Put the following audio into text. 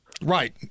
Right